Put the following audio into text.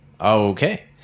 Okay